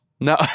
No